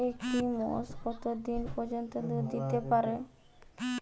একটি মোষ কত দিন পর্যন্ত দুধ দিতে পারে?